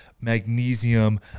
magnesium